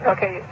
Okay